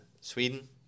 Sweden